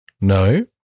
no